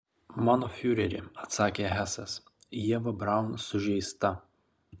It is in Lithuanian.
mano fiureri atsakė hesas ieva braun sužeista